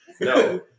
No